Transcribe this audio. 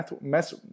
mess